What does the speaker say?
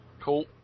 cool